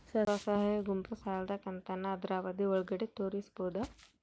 ಸ್ವಸಹಾಯ ಗುಂಪು ಸಾಲದ ಕಂತನ್ನ ಆದ್ರ ಅವಧಿ ಒಳ್ಗಡೆ ತೇರಿಸಬೋದ?